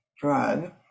drug